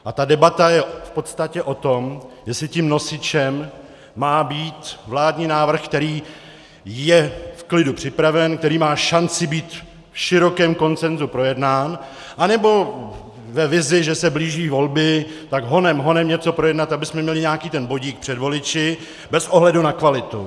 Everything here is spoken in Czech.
A ta debata je v podstatě o tom, jestli tím nosičem má být vládní návrh, který je v klidu připraven, který má šanci být v širokém konsenzu projednán, anebo ve vizi, že se blíží volby, tak honem honem něco projednat, abychom měli nějaký ten bodík před voliči, bez ohledu na kvalitu.